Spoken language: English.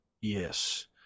Yes